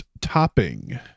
topping